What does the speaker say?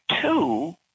two